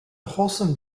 wholesome